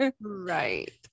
Right